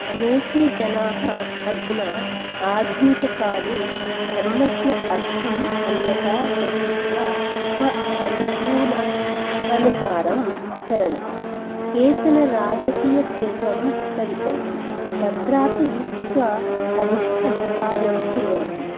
अनेके जनाः अधुना आधुनिककाले धर्मस्य अर्थम् अन्यथा गृहीत्वा स्व अनुकूलानुसारं चरन्ति केचन राज कीय क्षेत्रं प्रविशन्ति तत्रापि स्व अभीष्टं कार्यं कुर्वन्ति